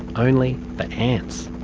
only for ants.